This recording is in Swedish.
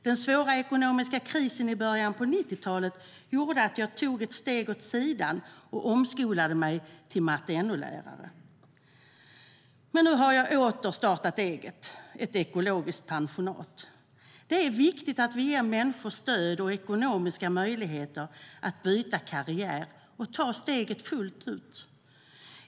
Den svåra ekonomiska krisen i början av 1990-talet gjorde dock att jag tog ett steg åt sidan och omskolade mig till matte och NO-lärare. Nu har jag åter startat eget - ett ekologiskt pensionat. Det är viktigt att vi ger människor stöd och ekonomiska möjligheter att byta karriär och ta steget fullt ut.